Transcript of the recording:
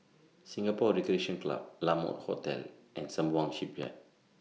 Singapore Recreation Club La Mode Hotel and Sembawang Shipyard